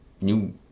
new